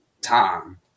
time